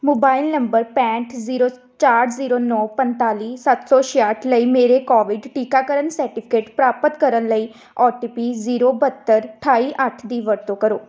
mobile number ਪੈਂਹਠ zero ਚਾਰ zero ਨੌਂ ਪੰਤਾਲੀ ਸੱਤ ਸੌ ਛਿਆਹਠ ਲਈ ਮੇਰੇ ਕੋਵਿਡ ਟੀਕਾਕਰਨ ਸਰਟੀਫਿਕੇਟ ਪ੍ਰਾਪਤ ਕਰਨ ਲਈ ਓ ਟੀ ਪੀ ਜ਼ੀਰੋ ਬਹੱਤਰ ਅਠਾਈ ਅੱਠ ਦੀ ਵਰਤੋਂ ਕਰੋ